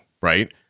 right